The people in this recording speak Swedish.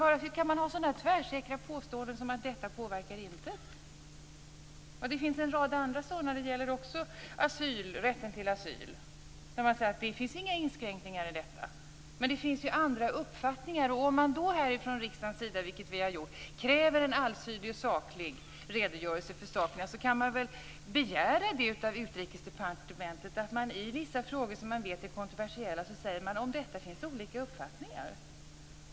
Hur kan man göra sådana tvärsäkra påståenden som att detta inte påverkar? Det finns en rad andra sådana exempel. Det gäller också rätten till asyl. Där säger man att det inte finns några inskränkningar. Men det finns andra uppfattningar. Om man då från riksdagens sida, vilket vi har gjort, kräver en allsidig och saklig redogörelse för förhållandena, kan man väl begära att Utrikesdepartementet i vissa frågor som man vet är kontroversiella säger att det finns olika uppfattningar om detta.